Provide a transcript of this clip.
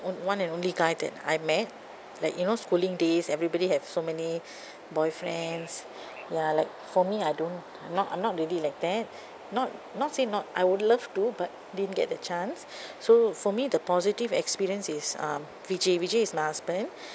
on~ one and only guy that I met like you know schooling days everybody have so many boyfriends ya like for me I don't I'm not I'm not really like that not not say not I would love to but didn't get the chance so for me the positive experience is uh vijay vijay is my husband